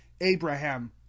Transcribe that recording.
Abraham